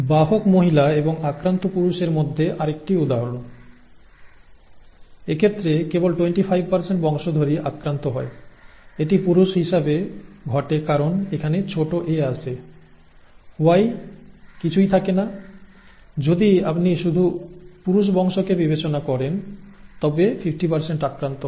বাহক মহিলা এবং আক্রান্ত পুরুষের মধ্যে আরেকটি উদাহরণ এক্ষেত্রে কেবল 25 বংশধরই আক্রান্ত হয় এটি পুরুষ হিসাবে ঘটে কারণ এখানে a আসে Y কিছুই থাকে না যদি আপনি শুধু পুরুষ বংশকে বিবেচনা করেন তবে 50 আক্রান্ত হয়